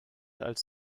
als